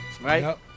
Right